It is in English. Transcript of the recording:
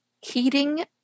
heating